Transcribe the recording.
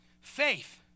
Faith